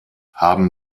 haben